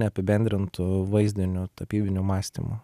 neapibendrintu vaizdiniu tapybiniu mąstymu